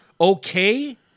Okay